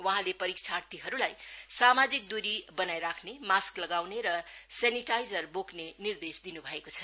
वहाँले परीक्षार्थीहरूलाई सामाजिक दुरी बनाईराख्ने मास्क लगाउने र सेनिटाइजर बोक्ने निर्देश दिनु भएको छ